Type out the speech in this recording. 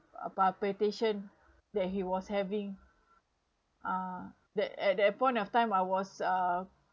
palpitation that he was having uh that at that point of time I was uh